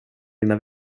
dina